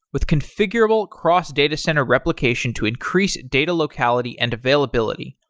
with configurable cross data center replication to increase data locality and availability.